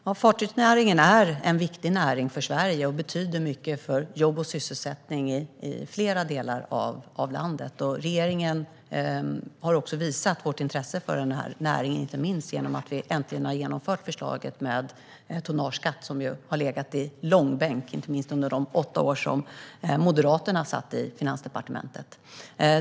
Herr talman! Ja, fartygsnäringen är en viktig näring för Sverige och betyder mycket för jobb och sysselsättning i flera delar av landet. Regeringen har också visat intresse för den här näringen, inte minst genom att vi äntligen har genomfört förslaget om tonnageskatt, som ju har legat i långbänk under de åtta år som Moderaterna satt i Finansdepartementet.